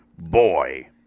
Boy